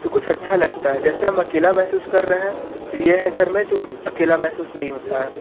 तो कुछ अच्छा लगता है जैसे हम अकेला महसूस कर रहे हैं तो ये हैं घर में तो अकेला महसूस नहीं होता है